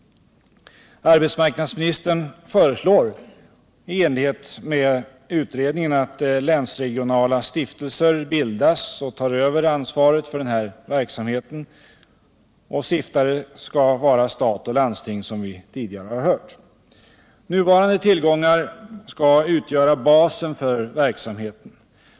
Arbetsmarknadsministern föreslår i enlighet med utredningen att länsregionala stiftelser bildas och tar över ansvaret för den här verksamheten. Stiftare skall vara stat och landsting, som vi tidigare har hört. Nuvarande tillgångar skall utgöra basen för verksamheten.